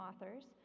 authors